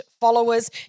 followers